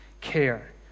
care